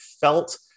felt